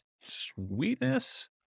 Sweetness